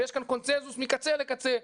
ויש כאן קונצנזוס מקצה לקצה,